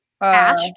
Ash